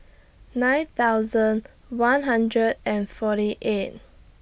nine thousand one hundred and forty eight